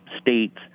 states